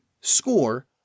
score